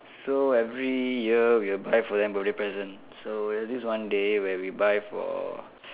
so every year we'll buy for them birthday present so there's this one day where we buy for